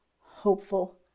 hopeful